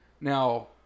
Now